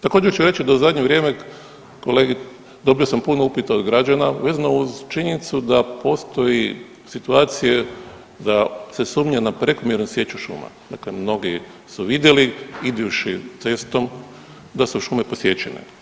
Također ću reći da u zadnje vrijeme dobio sam puno upita od građana vezano uz činjenicu da postoje situacije da se sumnja na prekomjernu sječu šuma, dakle mnogi su vidjeli idući cestom da su šume posječene.